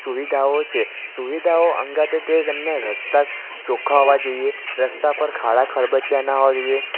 સુવિધાઓ છે સુવિધાઓ સંગાથે તે તમને રસ્તા ચોખ્ખા હોવા જોઈએ રસ્તા પર ખાડા ખાબોચીયાં ના હોવાં જોઈએ